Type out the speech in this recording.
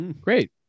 Great